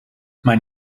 mijn